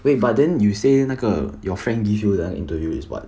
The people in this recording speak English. wait but then you say 那个 your friend give you the interview is what